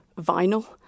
vinyl